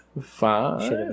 five